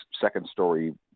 second-story